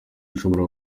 ushobora